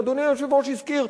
שאדוני היושב-ראש הזכיר,